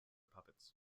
puppets